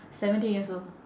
seventeen years old